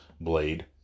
blade